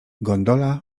gondola